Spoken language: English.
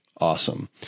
Awesome